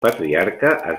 patriarca